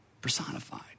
personified